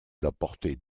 d’apporter